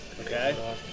Okay